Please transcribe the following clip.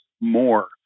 more